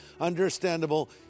understandable